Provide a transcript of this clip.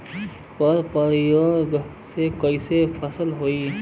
पर परागण से कईसे फसल होई?